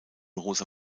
rosa